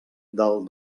del